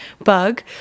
bug